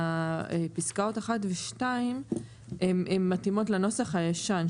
הפסקאות 1 ו-2 מתאימות לנוסח הישן,